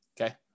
Okay